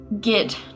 get